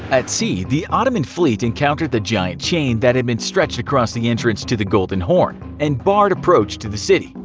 at sea the ottoman fleet encountered the giant chain that had been stretched across the entrance to the golden horn and barred approach into the city.